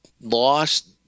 lost